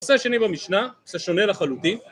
נושא שני במשנה - נושא שונה לחלוטין.